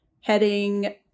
heading